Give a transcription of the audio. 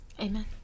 Amen